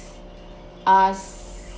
us